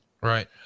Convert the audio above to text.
Right